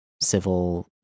civil